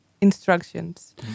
instructions